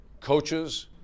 coaches